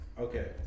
Okay